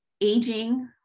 aging